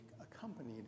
accompanied